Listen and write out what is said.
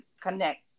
connect